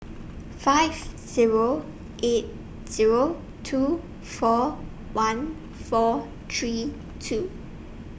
five Zero eight Zero two four one four three two